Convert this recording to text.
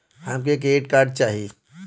हमके debit card चाही?